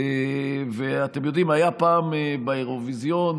אתם יודעים, באירוויזיון